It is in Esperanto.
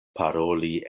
paroli